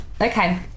Okay